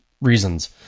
reasons